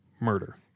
murder